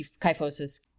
kyphosis